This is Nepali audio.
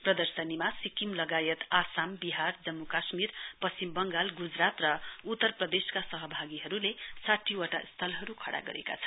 प्रदर्शनीमा सिक्किम लगायत आसाम विहार जम्मू काश्मीर पश्चिम वंगाल गुजरात र उत्तर प्रदेशका सहभागीहरुले साठीवटा स्थलहरु खड्डा गरेका छन्